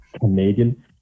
Canadian